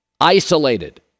isolated